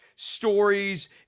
stories